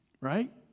right